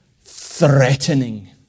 threatening